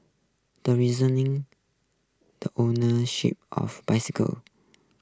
the reasoning the ownership of bicycles